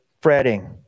fretting